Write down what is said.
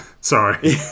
Sorry